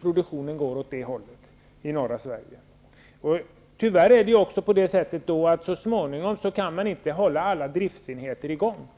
produktionen går åt det hållet i norra Sverige. Så småningom kan man inte hålla alla enheter i gång.